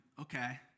okay